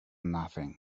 nothing